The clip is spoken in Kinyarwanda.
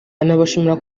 anabashimira